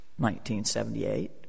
1978